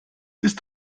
ist